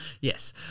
Yes